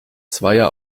zweier